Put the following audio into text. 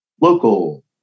local